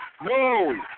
No